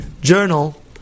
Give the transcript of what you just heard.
journal